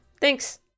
Thanks